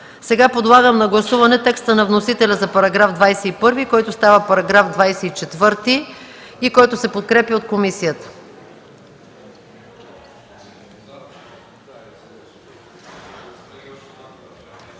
приема. Подлагам на гласуване текста на вносителя за § 21, който става § 24 и който се подкрепя от комисията.